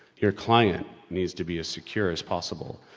your client needs to be as secure as possible,